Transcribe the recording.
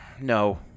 No